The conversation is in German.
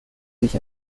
sich